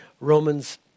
Romans